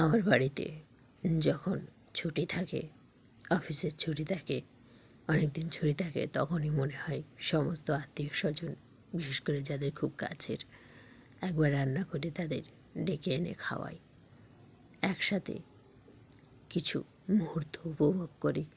আমার বাড়িতে যখন ছুটি থাকে অফিসের ছুটি থাকে অনেকদিন ছুটি থাকে তখনই মনে হয় সমস্ত আত্মীয় স্বজন বিশেষ করে যাদের খুব কাছের একবার রান্না করে তাদের ডেকে এনে খাওয়াই একসাথে কিছু মুহূর্ত উপভোগ করি